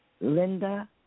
Linda